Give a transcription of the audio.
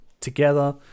together